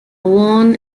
worn